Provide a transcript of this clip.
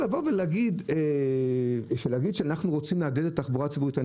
אומרים שרוצים לעודד את השימוש בתחבורה הציבורית.